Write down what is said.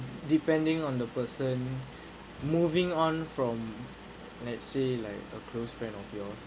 depending on the person moving on from let's say like a close friend of yours